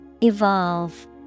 Evolve